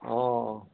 অঁ